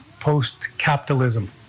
post-capitalism